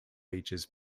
features